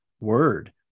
word